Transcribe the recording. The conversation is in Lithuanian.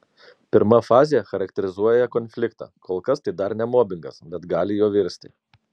pirma fazė charakterizuoja konfliktą kol kas tai dar ne mobingas bet gali juo virsti